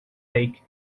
lake